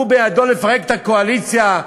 בידו לפרק את הקואליציה,